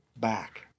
back